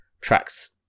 Tracks